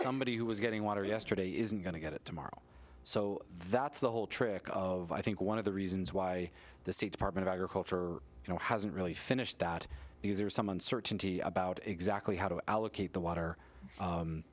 somebody who was getting water yesterday isn't going to get it tomorrow so that's the whole trick of i think one of the reasons why the state department of agriculture you know hasn't really finished that because there's some uncertainty about exactly how to allocate the water